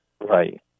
Right